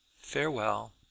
Farewell